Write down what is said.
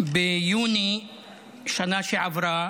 ביוני שנה שעברה